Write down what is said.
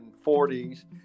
forties